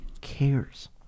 cares